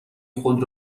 خود